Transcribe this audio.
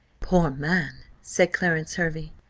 poor man! said clarence hervey.